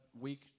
week